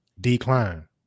decline